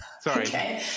Sorry